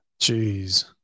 jeez